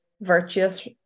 virtuous